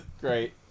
Great